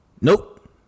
Nope